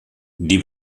die